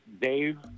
Dave